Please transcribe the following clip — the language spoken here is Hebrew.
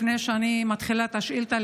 לפני שאני מתחילה את השאילתה,